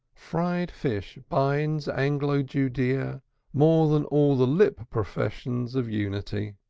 fried fish binds anglo-judaea more than all the lip-professions of unity.